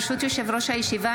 ברשות יושב-ראש הישיבה,